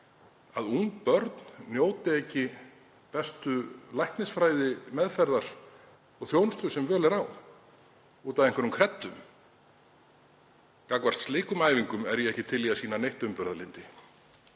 að ung börn njóti ekki bestu læknismeðferðar og þjónustu sem völ er á út af einhverjum kreddum. Gagnvart slíkum æfingum er ég ekki til í að sýna neitt umburðarlyndi.